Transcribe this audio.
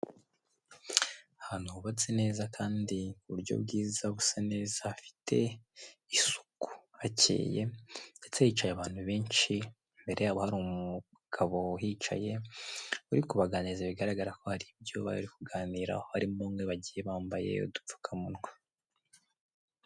Ahantu hubatse neza kandi uburyo bwiza busa neza hafite isuku. Hakeye, ndetse hicaye abantu benshi, imbere yabo hari umugabo uhicaye, uri kubaganiriza bigaragara ko hari ibyo bari kuganiraho. Harimo bamwe bagiye bambaye udupfukamunwa.